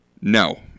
No